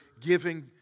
giving